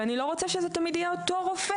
ואני לא רוצה שזה תמיד יהיה אותו רופא.